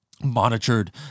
monitored